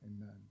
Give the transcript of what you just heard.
Amen